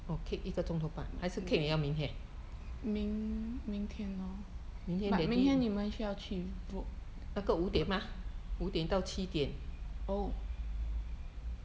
明明天 lor but 明天你们需要去 vote 哦